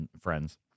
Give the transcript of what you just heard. friends